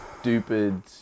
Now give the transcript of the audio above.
stupid